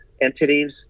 entities